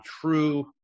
true